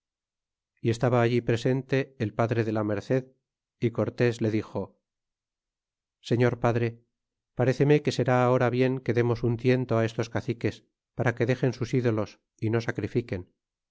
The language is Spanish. y estaba allí presente el padre de la merced y cortés le dixo sefior padre pardeeme que será ahora bien que demos un tiento á estos caciques para que dexen sus ídolos y no sacrifiquen